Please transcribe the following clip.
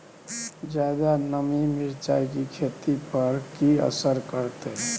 ज्यादा नमी मिर्चाय की खेती पर की असर करते?